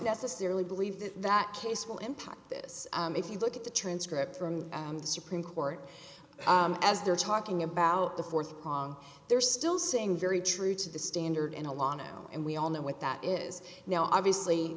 necessarily believe that that case will impact this if you look at the transcript from am the supreme court as they're talking about the fourth prong they're still saying very true to the standard in the law now and we all know what that is now obviously